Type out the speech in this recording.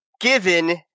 Given